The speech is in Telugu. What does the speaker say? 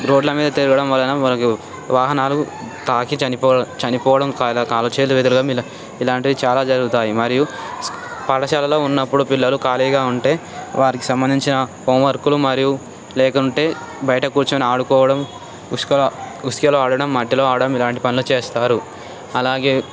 రోడ్లమీద తిరగడం వలన వాళ్ళకి వాహనాలు తాకి చనిపోయి చనిపోవడం కాళ్ళు చేతులు విరగడం ఇలాంటివి చాలా జరుగుతాయి మరియు పాఠశాలలో ఉన్నప్పుడు పిల్లలు ఖాళీగా ఉంటే వారికి సంబంధించిన హోంవర్క్లు మరియు లేకుంటే బయట కూర్చొని ఆడుకోవడం ఇసుకలో ఇసుకలో ఆడటం మట్టిలో ఆడటం ఇలాంటి పనులు చేస్తారు అలాగే